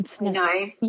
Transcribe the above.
No